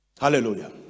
Hallelujah